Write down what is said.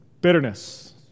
bitterness